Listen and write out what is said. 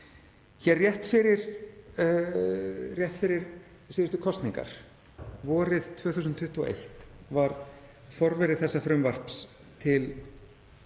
Hér rétt fyrir síðustu kosningar, vorið 2021, var forveri þessa frumvarps til